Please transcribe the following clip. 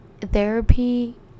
Therapy